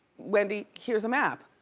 wendy, here's a map.